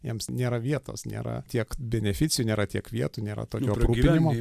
jiems nėra vietos nėra tiek beneficijų nėra tiek vietų nėra tokio aprūpinimo